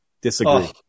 Disagree